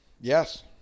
Yes